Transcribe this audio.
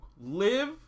live